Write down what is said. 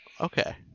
Okay